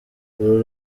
uru